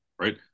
right